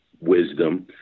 wisdom